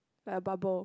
like a bubble